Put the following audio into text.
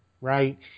Right